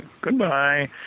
Goodbye